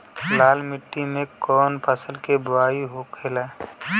लाल मिट्टी में कौन फसल के बोवाई होखेला?